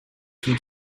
from